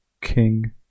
King